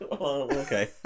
Okay